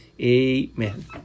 Amen